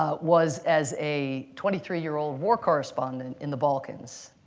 ah was as a twenty three year old war correspondent in the balkans.